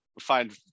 find